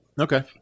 Okay